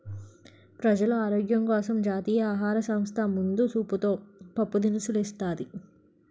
ప్రజలు ఆరోగ్యం కోసం జాతీయ ఆహార సంస్థ ముందు సూపుతో పప్పు దినుసులు ఇస్తాది